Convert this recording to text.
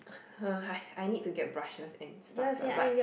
uh I I need to get brushes and stuff lah but